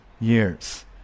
years